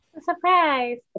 surprise